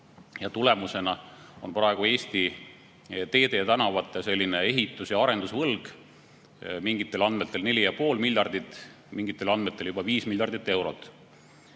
Tulemusena on praegu Eesti teede ja tänavate ehituse ja arenduse võlg mingitel andmetel 4,5 miljardit, mingitel andmetel juba 5 miljardit eurot.